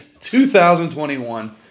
2021